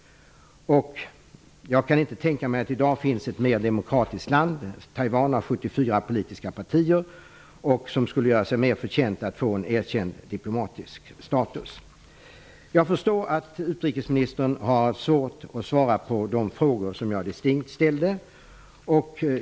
Jag kan inte tänka mig att det i dag finns ett mer demokratiskt land än Taiwan -- man har 74 politiska partier -- eller något som skulle göra sig mer förtjänt av att få en erkänd diplomatisk status. Jag förstår att utrikesministern har svårt att svara på de distinkta frågor som jag ställde.